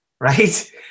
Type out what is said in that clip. right